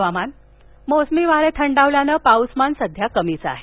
हवामान मोसमी वारे थंडावल्यानं पाऊसमान सध्या कमीच आहे